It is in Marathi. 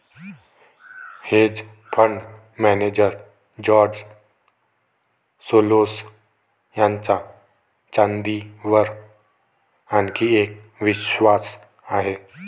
hedge fund manager George Soros यांचा चांदीवर आणखी एक विश्वास आहे